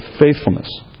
faithfulness